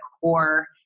core